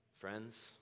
Friends